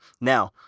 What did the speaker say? Now